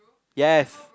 yes